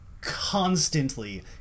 constantly